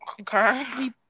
Okay